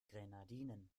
grenadinen